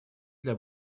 для